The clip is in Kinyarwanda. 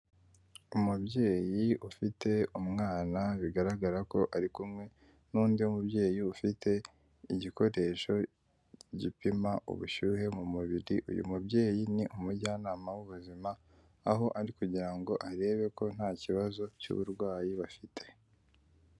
Umubyeyi ufite umwana bigaragara ko ari kumwe n'undi mubyeyi ufite igikoresho gipima ubushyuhe mu mubiri ,uyu mubyeyi ni umujyanama w'ubuzima aho ari kugira ngo arebe ko nta kibazo cy'uburwayi bafite.